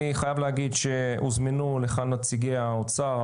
אני חייב להגיד שהוזמנו לכאן נציגי האוצר,